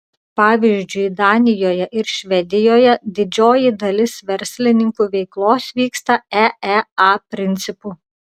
pavyzdžiui danijoje ir švedijoje didžioji dalis verslininkų veiklos vyksta eea principu